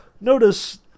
Notice